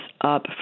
up